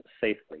safely